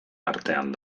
artean